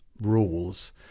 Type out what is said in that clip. rules